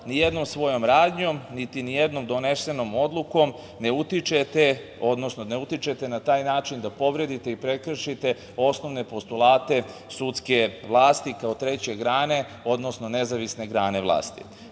nijednom svojom radnjom, niti nijednom donesenom odlukom ne utičete, odnosno ne utičete na taj način da povredite i prekršite osnovne postulate sudske vlasti, kao treće grane, odnosno nezavisne grane vlasti,